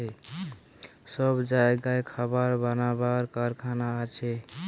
সব জাগায় খাবার বানাবার কারখানা আছে